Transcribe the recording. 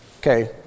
okay